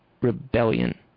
rebellion